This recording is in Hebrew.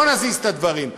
לא נזיז את הדברים.